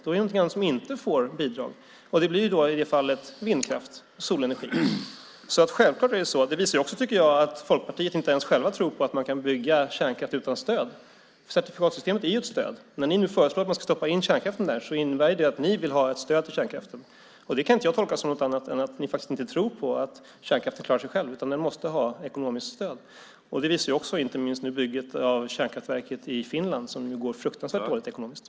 Då är det något annat som inte får bidrag. Det blir i det här fallet vindkraft och solenergi. Självklart blir det så. Det visar också, tycker jag, att man i Folkpartiet inte ens självt tror på att det går att bygga kärnkraft utan stöd. Certifikatsystemet är ju ett stöd. När ni föreslår att man ska stoppa in kärnkraften där innebär ju det att ni vill ha ett stöd till kärnkraften. Det kan inte jag tolka som något annat än att ni faktiskt inte tror på att kärnkraften klarar sig själv. Den måste ha ekonomiskt stöd. Det visar inte minst bygget av kärnkraftverket i Finland som går fruktansvärt dåligt ekonomiskt.